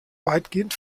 weitgehend